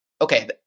okay